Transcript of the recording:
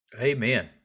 Amen